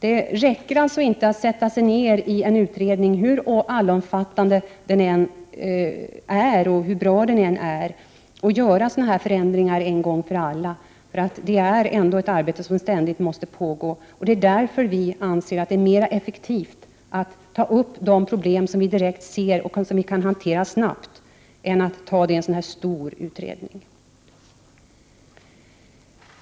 Det räcker alltså inte att man sätter sig ner i en utredning, hur allomfattande och bra den än är, och gör sådana förändringar en gång för alla, eftersom detta arbete ständigt måste pågå. Därför anser vi att det är mer effektivt att ta upp de problem som vi direkt ser och som vi kan hantera snabbt än att ta upp dessa i en sådan stor utredning.